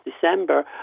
December